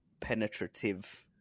penetrative